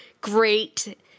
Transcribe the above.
great